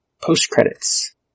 post-credits